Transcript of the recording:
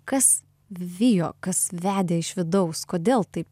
kas vijo kas vedė iš vidaus kodėl taip